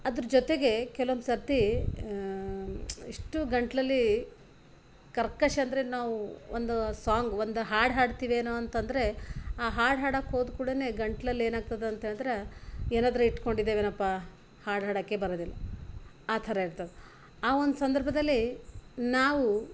ಅದ್ರ ಜೊತೆಗೆ ಕೆಲ್ವೊಂದು ಸರ್ತಿ ಇಷ್ಟು ಗಂಟಲಲ್ಲಿ ಕರ್ಕಶ ಅಂದರೆ ನಾವು ಒಂದು ಸಾಂಗ್ ಒಂದು ಹಾಡು ಹಾಡ್ತೀವೇನೋ ಅಂತಂದರೆ ಆ ಹಾಡು ಹಾಡಕ್ಕೆ ಹೋದ ಕೂಡ್ಲೆ ಗಂಟ್ಲಲ್ಲಿ ಏನಾಗ್ತದ ಅಂತ್ಹೇಳಿದ್ರ ಏನಾದರೂ ಇಟ್ಕೊಂಡಿದೆವೇನಪ್ಪಾ ಹಾಡು ಹಾಡೋಕೇ ಬರೋದಿಲ್ಲ ಆ ಥರ ಇರ್ತದ ಆ ಒಂದು ಸಂದರ್ಭದಲ್ಲಿ ನಾವು